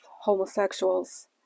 homosexuals